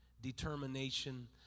determination